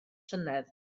llynedd